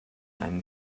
einem